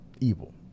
Evil